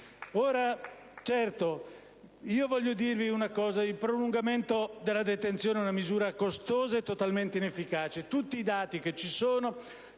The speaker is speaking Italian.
Il prolungamento della detenzione è una misura costosa e totalmente inefficace. Tutti i dati disponibili